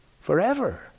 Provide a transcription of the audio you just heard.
forever